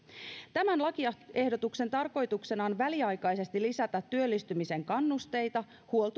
tämän lakiehdotuksen tarkoituksena on väliaikaisesti lisätä työllistymisen kannusteita